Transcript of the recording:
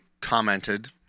commented